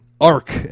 ARC